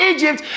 Egypt